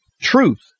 Truth